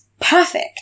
perfect